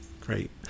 Great